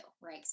right